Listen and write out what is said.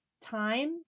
Time